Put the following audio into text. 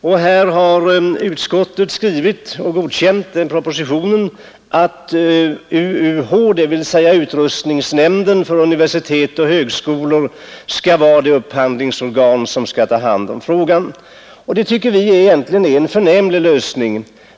På den punkten har utskottet godkänt propositionens förslag om att UUH, dvs. utrustningsnämnden för universitet och högskolor, skall vara det upphandlingsorgan som får ta hand om frågan. Det tycker vi egentligen är en förnämlig lösning.